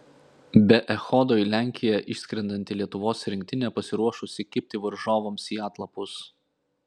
be echodo į lenkiją išskrendanti lietuvos rinktinė pasiruošusi kibti varžovams į atlapus